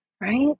right